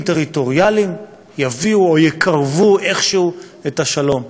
טריטוריאליים יביאו או יקרבו איכשהו את השלום.